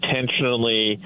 intentionally